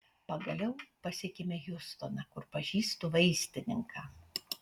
pagaliau pasiekėme hjustoną kur pažįstu vaistininką